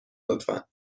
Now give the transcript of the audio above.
لطفا